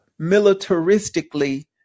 militaristically